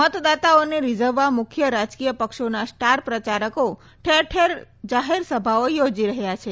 મતદાતાઓને રીઝવવા મુખ્ય રાજકીય પક્ષોના સ્ટાર પ્રચારકો ઠેરઠેર જાહેરસભાઓ યોજી રહ્યા છે